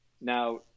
now